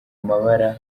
amabara